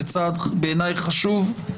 זה צעד בעיניי חשוב.